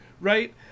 right